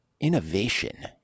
innovation